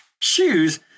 Shoes